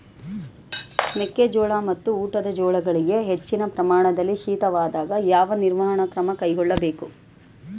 ಮೆಕ್ಕೆ ಜೋಳ ಮತ್ತು ಊಟದ ಜೋಳಗಳಿಗೆ ಹೆಚ್ಚಿನ ಪ್ರಮಾಣದಲ್ಲಿ ಶೀತವಾದಾಗ, ಯಾವ ನಿರ್ವಹಣಾ ಕ್ರಮ ಕೈಗೊಳ್ಳಬೇಕು?